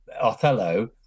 Othello